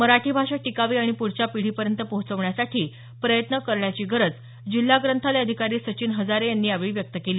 मराठी भाषा टिकावी आणि पुढच्या पिढीपर्यंत पोहचवण्यासाठी प्रयत्न करण्याची गरज जिल्हा ग्रंथायल अधिकारी सचिन हजारे यांनी यावेळी व्यक्त केली